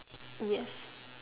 yes